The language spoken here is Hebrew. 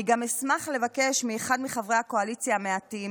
אני גם אשמח לבקש מאחד מחברי הקואליציה המעטים